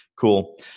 Cool